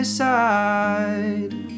side